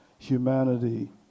Humanity